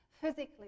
physically